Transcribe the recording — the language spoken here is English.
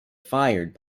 fired